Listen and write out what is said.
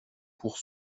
pour